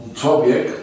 człowiek